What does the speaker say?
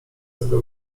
tego